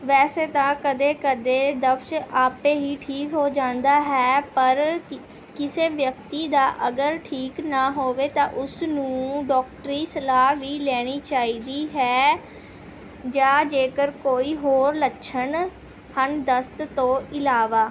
ਵੈਸੇ ਤਾਂ ਕਦੇ ਕਦੇ ਦਫਸ਼ ਆਪੇ ਹੀ ਠੀਕ ਹੋ ਜਾਂਦਾ ਹੈ ਪਰ ਕ ਕਿਸੇ ਵਿਅਕਤੀ ਦਾ ਅਗਰ ਠੀਕ ਨਾ ਹੋਵੇ ਤਾਂ ਉਸ ਨੂੰ ਡੋਕਟਰੀ ਸਲਾਹ ਵੀ ਲੈਣੀ ਚਾਹੀਦੀ ਹੈ ਜਾਂ ਜੇਕਰ ਕੋਈ ਹੋਰ ਲੱਛਣ ਹਨ ਦਸਤ ਤੋਂ ਇਲਾਵਾ